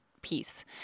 piece